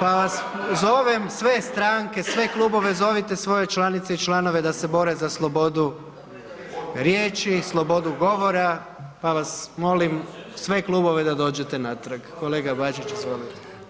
pa vas, zovem sve stranke, sve klubove, zovite svoje članice i članove da se bore za slobodu riječi, slobodu govora pa vas molim sve klubove da dođete natrag, kolega Bačić izvolite.